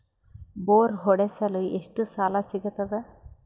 Bore ಹೊಡೆಸಲು ಎಷ್ಟು ಸಾಲ ಸಿಗತದ?